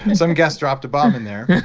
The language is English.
and um guest dropped a bomb in there.